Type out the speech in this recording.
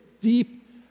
deep